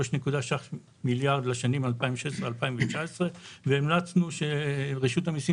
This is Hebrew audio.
3.6 מיליארד לשנים 2016 2019. המלצנו שרשות המיסים